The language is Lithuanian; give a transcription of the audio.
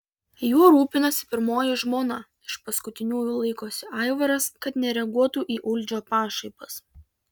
juo rūpinasi pirmoji žmona iš paskutiniųjų laikosi aivaras kad nereaguotų į uldžio pašaipas